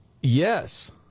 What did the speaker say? Yes